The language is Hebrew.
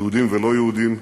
יהודים ולא-יהודים,